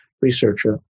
researcher